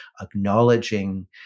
acknowledging